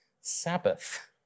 Sabbath